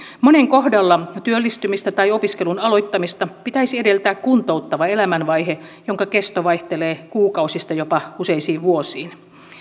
monen kohdalla työllistymistä tai opiskelun aloittamista pitäisi edeltää kuntouttava elämänvaihe jonka kesto vaihtelee kuukausista jopa useisiin vuosiin